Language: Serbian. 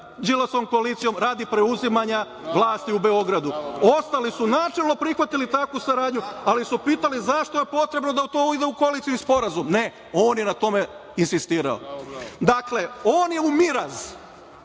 Đilasovom koalicijom radi preuzimanja vlasti u Beogradu. Ostali su načelno prihvatili takvu saradnju, ali su pitali zašto je potrebno da to uđe u koalicioni sporazum. Ne, on je na tome insistirao. Dakle, on je u miraz,